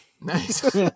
nice